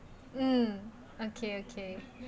um okay okay